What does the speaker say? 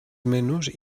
menús